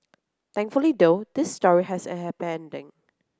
thankfully though this story has a happy ending